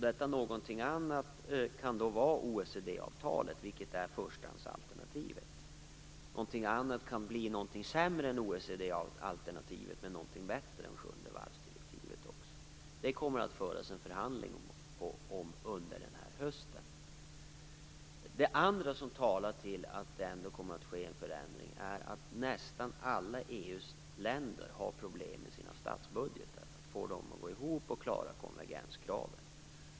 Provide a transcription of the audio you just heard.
Det kan då vara t.ex. OECD-avtalet, vilket är förstahandsalternativet. Något annat kan bli något sämre än OECD-alternativet men något bättre än sjunde varvsdirektivet. Det kommer att föras en förhandling under hösten. Det andra som talar för att det ändå kommer att ske en förändring är att nästan alla EU:s länder har problem med sina statsbudgetar. Man har svårt att få dem att gå ihop och svårt att klara konvergenskraven.